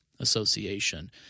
association